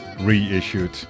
reissued